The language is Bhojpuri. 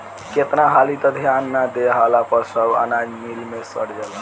केतना हाली त ध्यान ना देहला पर सब अनाज मिल मे सड़ जाला